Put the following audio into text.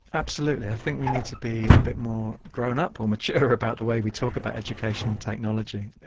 absolutely. i think we need to be a bit more grown-up or mature about the way we talk about education and technology.